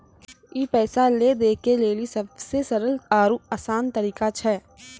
ई पैसा लै दै के लेली सभ्भे से सरल आरु असान तरिका छै